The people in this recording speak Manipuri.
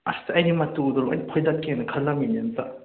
ꯑꯁ ꯑꯩꯗꯤ ꯃꯇꯨꯗꯣ ꯂꯣꯏꯅ ꯐꯣꯏꯗꯠꯀꯦꯅ ꯈꯜꯂꯝꯃꯤꯅꯦ ꯑꯝꯇ